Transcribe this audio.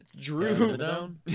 Drew